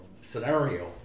scenario